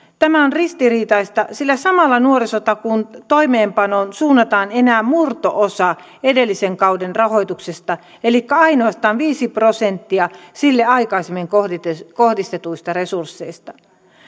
tämä on ristiriitaista sillä samalla nuorisotakuun toimeenpanoon suunnataan enää murto osa edellisen kauden rahoituksesta elikkä ainoastaan viisi prosenttia sille aikaisemmin kohdistetuista kohdistetuista resursseista